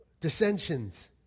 Dissensions